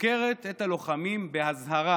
חוקרת את הלוחמים באזהרה